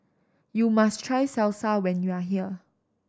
you must try Salsa when you are here